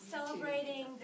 Celebrating